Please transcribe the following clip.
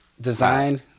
design